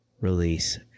release